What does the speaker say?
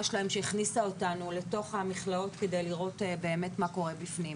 שלהם שהכניסה אותנו לתוך המכלאות כדי לראות באמת מה קורה בפנים.